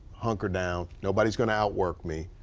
hunker down. nobody's going to outwork me.